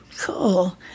Cool